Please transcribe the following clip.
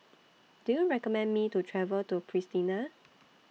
Do YOU recommend Me to travel to Pristina